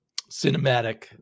cinematic